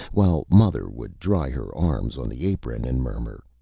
while mother would dry her arms on the apron, and murmur,